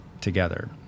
together